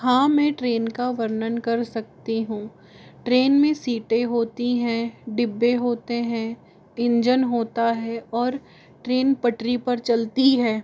हाँ मैं ट्रेन का वर्णन कर सकती हूँ ट्रेन में सीटें होती हैं डिब्बे होते हैं इंजन होता है और ट्रेन पटरी पर चलती है